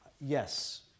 Yes